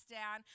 down